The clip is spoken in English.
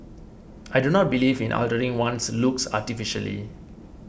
I do not believe in altering one's looks artificially